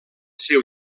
seu